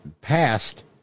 passed